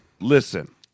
listen